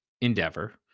Endeavor